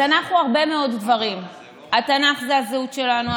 התנ"ך הוא הרבה מאוד דברים: התנ"ך זה הזהות שלנו,